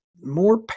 more